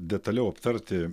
detaliau aptarti